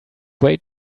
wait